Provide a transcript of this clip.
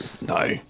no